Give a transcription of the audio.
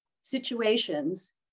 situations